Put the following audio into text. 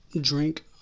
drink